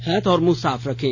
हाथ और मुंह साफ रखें